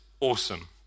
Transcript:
awesome